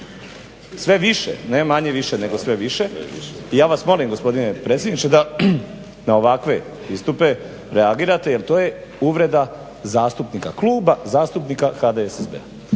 sve više, ne manje-više nego sve više. I ja vas molim gospodine predsjedniče da na ovakve istupe reagirate jer to je uvreda zastupnika, Kluba zastupnika HDSSB-a.